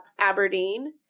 Aberdeen